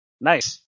Nice